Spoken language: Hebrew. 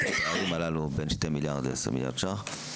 את הפערים הללו בין 2 מיליארד ל-10 מיליארד שקלים.